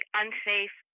unsafe